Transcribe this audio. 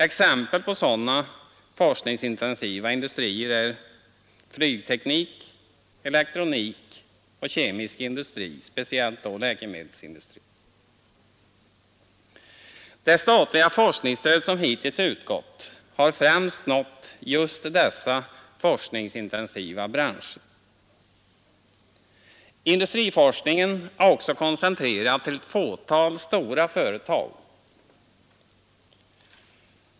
Exempel på sådana forskningsintensiva industrier är flygteknik, elektronik och kemisk industri — speciellt då läkemedelsindustrin. Det statliga forskningsstödet som hittills utgått har främst nått just dessa forskningsintensiva branscher. Industriforskningen är också koncentrerad till ett fåtal stora företag.